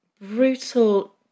brutal